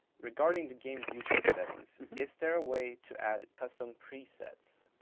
regarding the game viewport settings, is there a way to add custom presets?